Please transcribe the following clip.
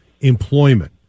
employment